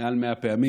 מעל 100 פעמים,